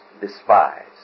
despised